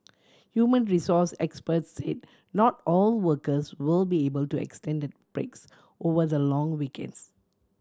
human resource experts say not all workers will be able to extended breaks over the long weekends